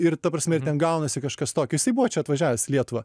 ir ta prasme ir ten gaunasi kažkas tokio jisai buvo čia atvažiavęs į lietuvą